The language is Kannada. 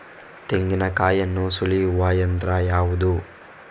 ತೆಂಗಿನಕಾಯಿಯನ್ನು ಸುಲಿಯುವ ಯಂತ್ರ ಯಾವುದು?